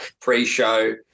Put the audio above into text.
pre-show